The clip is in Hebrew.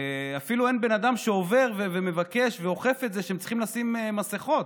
אפילו אין בן אדם שעובר ומבקש ואוכף את זה שצריכים לשים מסכות.